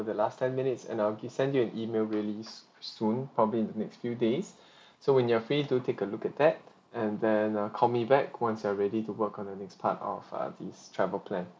the last ten minutes and I'll give sent you an email really s~ soon probably in the next few days so when you're free do take a look at that and then uh call me back once you are ready to work on the next part of uh these travel plan